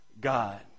God